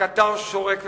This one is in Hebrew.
הקטר שורק וצופר,